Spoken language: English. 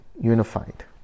unified